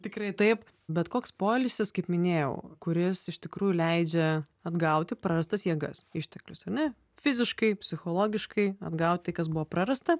tikrai taip bet koks poilsis kaip minėjau kuris iš tikrųjų leidžia atgauti prarastas jėgas išteklius ar ne fiziškai psichologiškai atgaut tai kas buvo prarasta